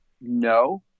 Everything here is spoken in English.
no